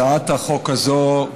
הצעת החוק הזאת,